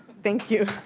thank you.